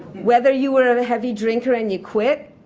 whether you were a heavy drinker and you quit.